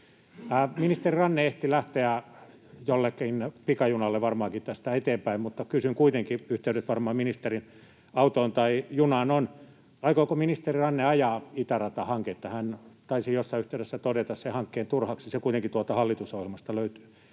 Ministeri Ranne ehti lähteä, jollekin pikajunalle varmaankin, tästä eteenpäin, mutta kysyn kuitenkin, yhteydet varmaan ministerin autoon tai junaan on: aikooko ministeri Ranne ajaa itäratahanketta? Hän taisi jossain yhteydessä todeta sen hankkeen turhaksi. Se kuitenkin tuolta hallitusohjelmasta löytyy.